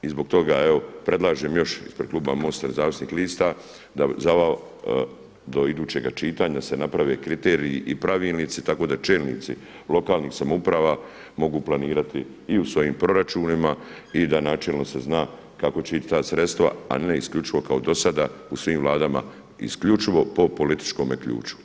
I zbog toga evo predlažem još ispred MOST-a nezavisnih lista da do idućega čitanja se naprave kriteriji i pravilnici, tako da čelnici lokalnih samouprava mogu planirati i u svojim proračunima i da načelno se zna kako će ići ta sredstva, a ne isključivo kao do sada u svim Vladama isključivo po političkome ključu.